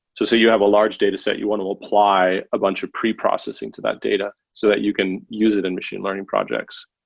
say you have a large dataset, you want to multiply a bunch of preprocessing to that data so that you can use it in machine learning projects.